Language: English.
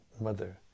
mother